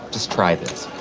just try this.